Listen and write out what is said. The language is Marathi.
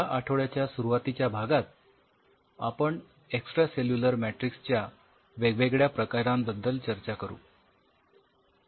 या आठवड्याच्या सुरुवातीच्या भागात आपण एक्सट्रासेल्युलर मॅट्रिक्सच्या वेगवेगळ्या प्रकारांबद्दल चर्चा करू